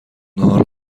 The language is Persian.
نهار